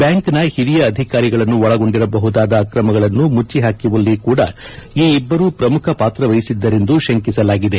ಬ್ಯಾಂಕ್ನ ಹಿರಿಯ ಅಧಿಕಾರಿಗಳನ್ನು ಒಳಗೊಂಡಿರಬಹುದಾದ ಅಕ್ರಮಗಳನ್ನು ಮುಚ್ಚಿಹಾಕುವಲ್ಲಿ ಕೂಡ ಈ ಇಬ್ಬರು ಪ್ರಮುಖ ಪಾತ್ರ ವಹಿಸಿದ್ದರೆಂದು ಶಂಕಿಸಲಾಗಿದೆ